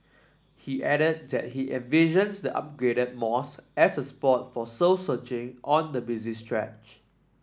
he added that he envisions the upgraded mosque as a spot for soul searching on the busy stretch